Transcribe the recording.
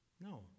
No